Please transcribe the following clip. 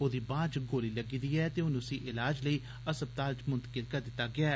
ओहदी बांहृ च गोली लग्गी दी ऐ ते हुन उसी इलाज लेई अस्पताल मुतकिल करी दित्ता गेदा ऐ